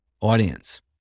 audience